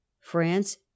France